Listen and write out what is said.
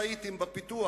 ראיתם: בפיתוח,